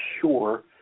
sure